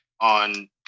on